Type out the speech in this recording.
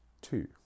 two